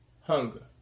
Hunger